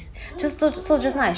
oh my god